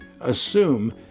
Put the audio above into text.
Assume